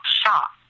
shop